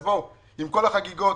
אז עם כל החגיגות,